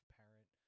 parent